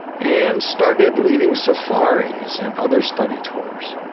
and started leading safaris and other study tours.